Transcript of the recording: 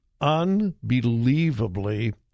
Unbelievably